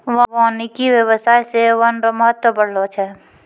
वानिकी व्याबसाय से वन रो महत्व बढ़लो छै